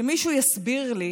שמישהו יסביר לי